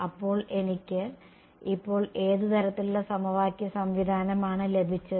അപ്പോൾ എനിക്ക് ഇപ്പോൾ ഏത് തരത്തിലുള്ള സമവാക്യ സംവിധാനമാണ് ലഭിച്ചത്